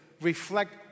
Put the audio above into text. reflect